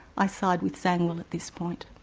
i side with zangwill at this point.